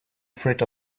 threat